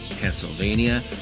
Pennsylvania